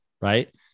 right